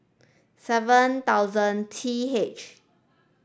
seven thousand T H